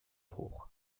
hoch